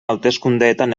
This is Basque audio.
hauteskundeetan